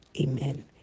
amen